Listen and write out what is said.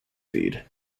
feed